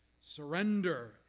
surrender